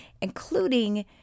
including